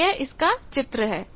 और यह इसका चित्र है